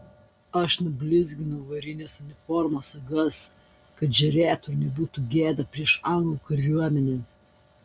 aš nusiblizginau varines uniformos sagas kad žėrėtų ir nebūtų gėda prieš anglų kariuomenę